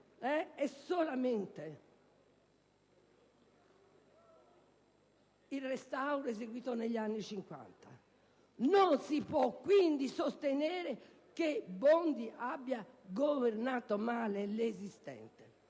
solamente il restauro eseguito negli anni '50. Non si può quindi sostenere che il ministro Bondi abbia governato male l'esistente.